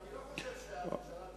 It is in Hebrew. אני לא חושב שהממשלה תתנגד.